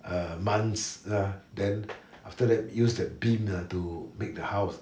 err months lah then after that used that beam to make the house